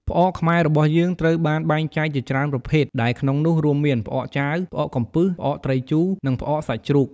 ផ្អកខ្មែររបស់យើងត្រូវបានបែងចែកជាច្រើនប្រភេទ ដែលក្នុងនោះ រួមមាន ផ្អកចាវ ផ្អកកំពឹស ផ្អកត្រីជូរ និង ផ្អកសាច់ជ្រូក។